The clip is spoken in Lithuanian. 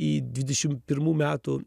į dvidešim pirmų metų